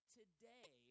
today